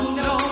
no